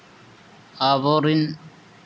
ᱟᱵᱚᱨᱮᱱ